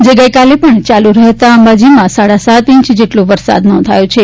જે ગઇકાલે પણ ચાલુ રહેતા અંબાજીમાં સાડા સાત ઇંચ વરસાદ નોંધાવ્યો છે